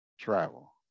travel